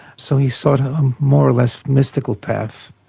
so he sought a um more-or-less mystical path.